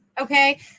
okay